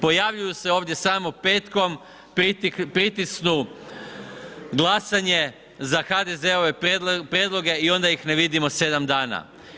Pojavljuju se ovdje samo petkom, pritisnu glasanje za HDZ-ove prijedloge i ona ih ne vidimo 7 dana.